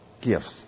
gifts